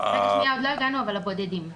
עוד לא הגענו לבודדים.